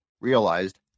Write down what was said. realized